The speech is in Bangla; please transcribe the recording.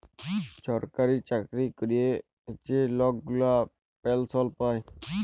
ছরকারি চাকরি ক্যরে যে লক গুলা পেলসল পায়